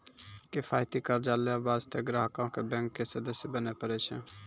किफायती कर्जा लै बास्ते ग्राहको क बैंक के सदस्य बने परै छै